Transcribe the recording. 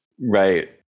Right